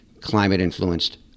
climate-influenced